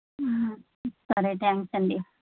సరే థ్యాంక్స్ అండి